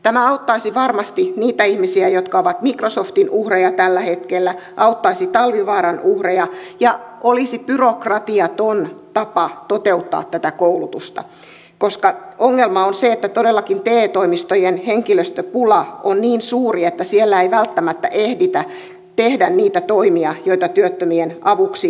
tämä auttaisi varmasti niitä ihmisiä jotka ovat microsoftin uhreja tällä hetkellä auttaisi talvivaaran uhreja ja olisi byrokratiaton tapa toteuttaa tätä koulutusta koska ongelma on se että todellakin te toimistojen henkilöstöpula on niin suuri että siellä ei välttämättä ehditä tehdä niitä toimia joita työttömien avuksi tarvittaisiin